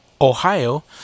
Ohio